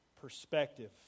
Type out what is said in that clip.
perspective